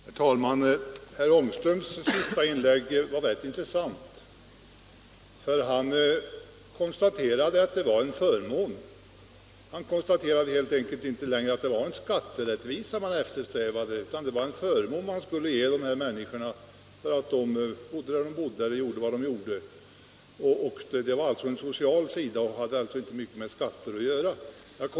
Herr talman! Herr Ångströms inlägg var rätt intressant. Han konstaterade att det här gäller en förmån, alltså inte att det man eftersträvar är att åstadkomma skatterättvisa. Det var fråga om att ge dessa människor en förmån därför att de bodde där de bodde och gjorde vad de gjorde. Frågan var alltså av social karaktär och hade inte så mycket med skatter att göra.